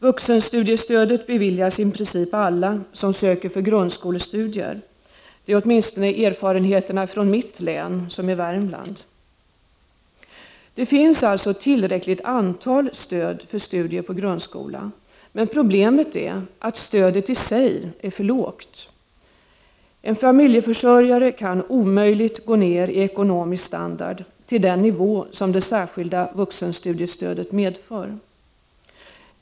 Vuxenstudiestödet beviljas i princip alla som söker för grundskolestudier. Det är åtminstone erfarenheterna från mitt län — Värmland. Det finns alltså tillräckligt stöd för studier på grundskolenivå, men problemet är att stödet i sig är för lågt. En familjeförsörjare kan omöjligt gå ner i ekonomisk standard till den nivå som det särskilda vuxenstudiestödet medför.